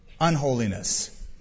unholiness